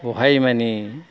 बहाय मानि